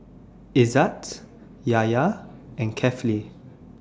Izzat Yahya and Kefli